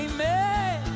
Amen